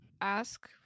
ask